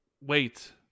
wait